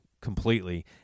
completely